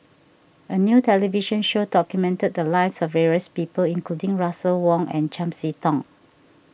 a new television show documented the lives of various people including Russel Wong and Chiam See Tong